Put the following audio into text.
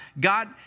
God